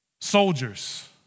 Soldiers